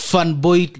Fanboy